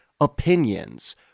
opinions